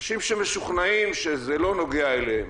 אנשים שמשוכנעים שזה לא נוגע אליהם,